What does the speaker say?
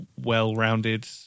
well-rounded